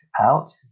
out